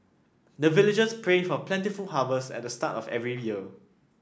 the villagers pray for plentiful harvest at the start of every year